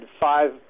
five